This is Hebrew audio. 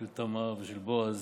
של תמר ושל בועז: